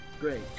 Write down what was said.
Great